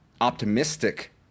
optimistic